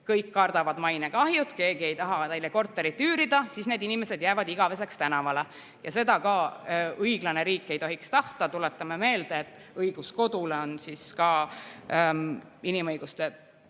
kõik kardavad mainekahju, keegi ei taha neile korterit üürida, ja need inimesed jäävad igaveseks tänavale. Seda õiglane riik ei tohiks ka tahta. Tuletame meelde, et õigus kodule on ka inimõiguste